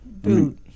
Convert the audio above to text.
dude